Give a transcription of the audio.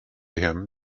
him